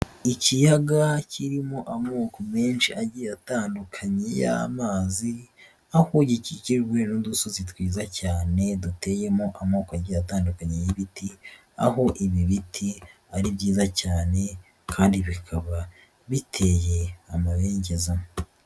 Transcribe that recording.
Ikiyaga kirimo amoko menshi agiye atandukanye y'amazi, aho gikikijwe n'udusozi twiza cyane duteyemo amoko agiye atandukanye y'ibiti, aho ibi biti ari byiza cyane kandi bikaba biteye amabengeza.